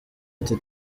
ati